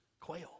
Quail